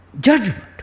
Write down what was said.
judgment